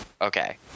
Okay